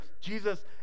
Jesus